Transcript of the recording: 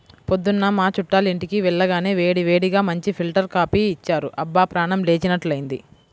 పొద్దున్న మా చుట్టాలింటికి వెళ్లగానే వేడివేడిగా మంచి ఫిల్టర్ కాపీ ఇచ్చారు, అబ్బా ప్రాణం లేచినట్లైంది